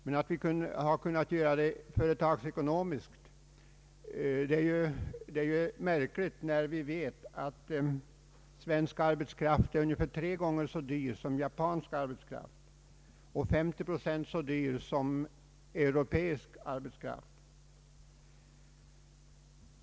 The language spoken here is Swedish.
Men att vi kunnat göra det företagsekonomiskt är märkligt när vi vet att svensk arbetskraft är ungefär tre gånger så dyr som japansk arbetskraft och 50 procent dyrare än europeisk arbetskraft.